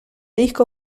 disco